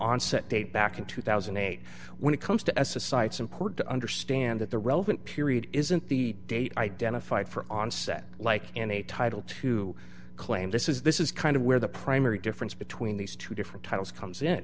onset date back in two thousand and eight when it comes to as a site's import to understand that the relevant period isn't the date identified for onset like in a title to claim this is this is kind of where the primary difference between these two different titles comes in